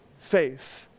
faith